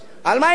על מה היא מדברת?